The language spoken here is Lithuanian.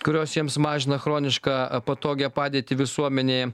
kurios jiems mažina chronišką a patogią padėtį visuomenėje